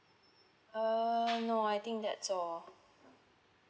err no I think that's all